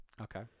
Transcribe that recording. Okay